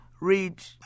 read